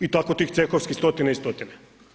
I tako tih cehovskih stotine i stotine.